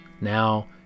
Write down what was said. Now